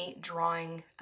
drawing